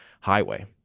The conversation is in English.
highway